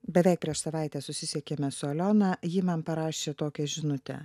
beveik prieš savaitę susisiekėme su aliona ji man parašė tokią žinutę